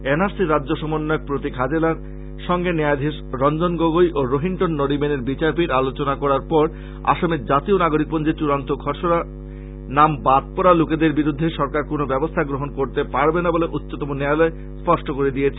N R C র রাজ্য সমন্বয়ক প্রতীক হাজেলার সঙ্গে ন্যায়াধীশ রঞ্জন গগৈ ও রোহিন্টন নারিমানের বিচারপীঠ আলোচনা করার পর আসামে জাতীয় নাগরিকপঞ্জীর চূড়ান্ত খসড়া নাম বাদ পরা লোকেদের বিরুদ্ধে সরকার কোন ব্যবস্থা গ্রহন করতে পারবে না বলে উচ্চতম ন্যায়ালয় স্পষ্ট করে দিয়েছে